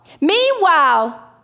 Meanwhile